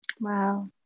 Wow